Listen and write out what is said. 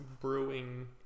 brewing